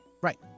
Right